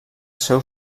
seu